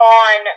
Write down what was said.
on